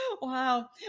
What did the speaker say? Wow